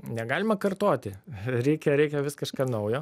negalima kartoti reikia reikia vis kažką naujo